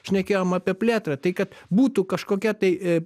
šnekėjom apie plėtrą tai kad būtų kažkokia tai